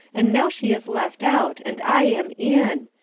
and now she is left out and i am in.